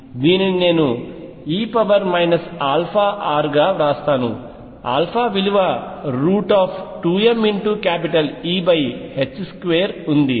దీనిని నేను e r గా వ్రాస్తాను విలువ 2mE2 ఉంది